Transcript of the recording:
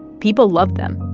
people loved them